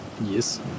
Yes